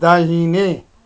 दाहिने